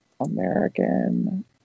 American